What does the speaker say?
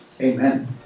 Amen